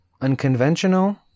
Unconventional